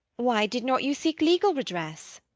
why did not you seek legal redress?